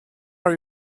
are